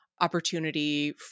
opportunity